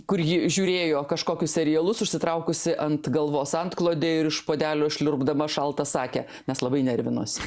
kur ji žiūrėjo kažkokius serialus užsitraukusi ant galvos antklodę ir iš puodelio šliurpdama šaltą sakę nes labai nervinosi